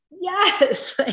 yes